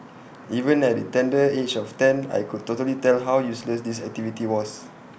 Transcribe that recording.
even at the tender age of ten I could totally tell how useless this activity was